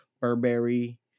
Burberry